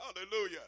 Hallelujah